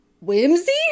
whimsy